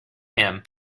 him